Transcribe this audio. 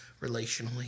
relationally